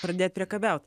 pradėt priekabiaut